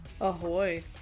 ahoy